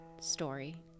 Story